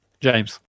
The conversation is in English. James